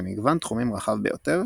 במגוון תחומים רחב ביותר,